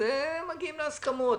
מגיעים להסכמות.